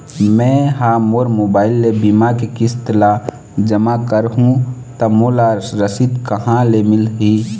मैं हा मोर मोबाइल ले बीमा के किस्त ला जमा कर हु ता मोला रसीद कहां ले मिल ही?